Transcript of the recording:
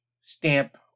stamp